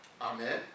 Amen